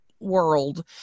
world